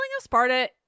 sparta